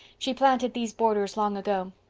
she planted these borders long ago.